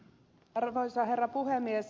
arvoisa herra puhemies